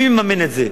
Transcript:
מי מממן את זה?